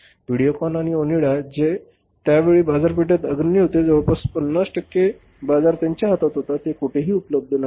व्हिडिओकॉन आणि ओनिडा जे त्यावेळी बाजारपेठेतील अग्रणी होते जवळजवळ 50 टक्के अर्धा बाजार त्यांच्या हातात होता ते कोठेही उपलब्ध नाहीत